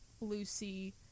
Lucy